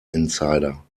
insider